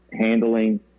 handling